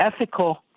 ethical